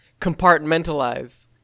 compartmentalize